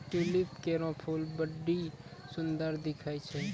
tulip केरो फूल बड्डी सुंदर दिखै छै